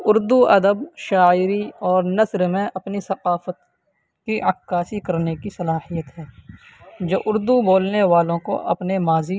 اردو ادب شاعری اور نثر میں اپنی ثقافت کی عکاسی کرنے کی صلاحیت ہے جو اردو بولنے والوں کو اپنے ماضی